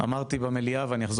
אמרתי במליאה ואחזור